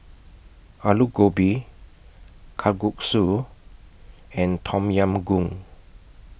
Alu Gobi Kalguksu and Tom Yam Goong